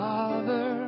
Father